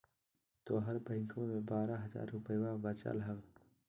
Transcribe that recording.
तोहर बैंकवा मे बारह हज़ार रूपयवा वचल हवब